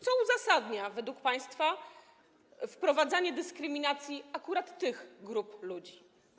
Co uzasadnia według państwa wprowadzanie dyskryminacji akurat tych grup ludzi?